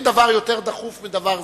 אין דבר דחוף יותר מדבר זה,